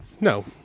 No